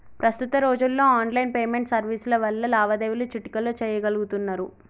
ప్రస్తుత రోజుల్లో online payment సర్వీసుల వల్ల లావాదేవీలు చిటికెలో చెయ్యగలుతున్నరు